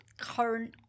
current